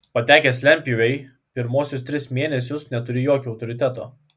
patekęs lentpjūvėn pirmuosius tris mėnesius neturi jokio autoriteto